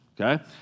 okay